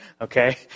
okay